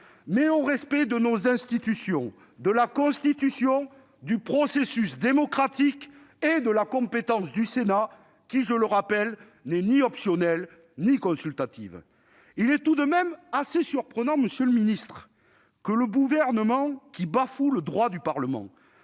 faire respecter nos institutions, la Constitution, le processus démocratique et la compétence du Sénat, qui, je le rappelle, n'est ni optionnelle ni consultative. Il est tout de même assez surprenant, monsieur le ministre, que le Gouvernement, qui bafoue le droit du Parlement,